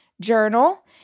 journal